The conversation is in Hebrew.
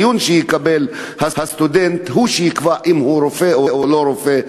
שיקבל הסטודנט הוא שיקבע אם הוא רופא או לא רופא.